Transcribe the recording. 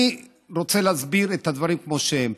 אני רוצה להסביר את הדברים כמו שהם.